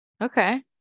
Okay